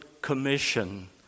commission